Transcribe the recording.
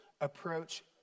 approach